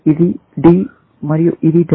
ఇది D మరియు ఇది W